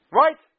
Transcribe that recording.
right